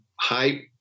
high